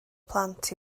plant